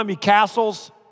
castles